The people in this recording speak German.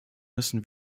müssen